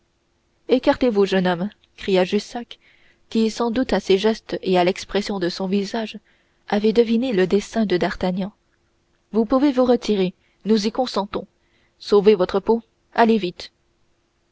m'entraîne écartez vous jeune homme cria jussac qui sans doute à ses gestes et à l'expression de son visage avait deviné le dessein de d'artagnan vous pouvez vous retirer nous y consentons sauvez votre peau allez vite